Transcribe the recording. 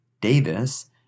Davis